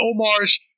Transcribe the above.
Omar's